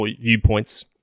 viewpoints